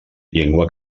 llengua